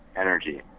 energy